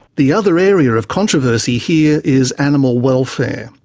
the other area of controversy here is animal welfare.